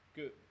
Good